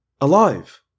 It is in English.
Alive